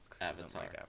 Avatar